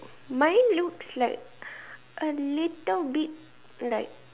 mine looks like a little bit like